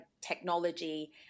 technology